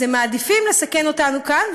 אז הם מעדיפים לסכן אותנו כאן,